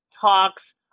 talks